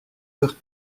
heures